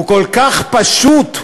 הוא כל כך פשוט,